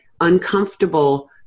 uncomfortable